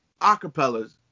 acapellas